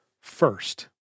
first